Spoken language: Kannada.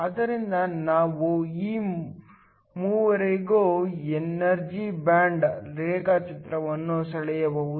ಆದ್ದರಿಂದ ನಾವು ಈ ಮೂವರಿಗೂ ಎನರ್ಜಿ ಬ್ಯಾಂಡ್ ರೇಖಾಚಿತ್ರವನ್ನು ಸೆಳೆಯಬಹುದು